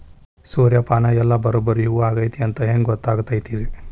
ಸೂರ್ಯಪಾನ ಎಲ್ಲ ಬರಬ್ಬರಿ ಹೂ ಆಗೈತಿ ಅಂತ ಹೆಂಗ್ ಗೊತ್ತಾಗತೈತ್ರಿ?